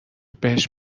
بهش